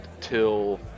till